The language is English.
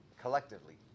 collectively